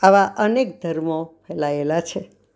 આવા અનેક ધર્મો ફેલાયેલા છે